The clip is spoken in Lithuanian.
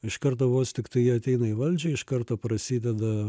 iš karto vos tiktai jie ateina į valdžią iš karto prasideda